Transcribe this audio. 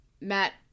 Matt